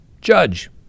Judge